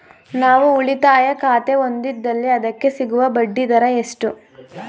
ನಾನು ಉಳಿತಾಯ ಖಾತೆ ಹೊಂದಿದ್ದಲ್ಲಿ ಅದಕ್ಕೆ ಸಿಗುವ ಬಡ್ಡಿ ದರ ಎಷ್ಟು?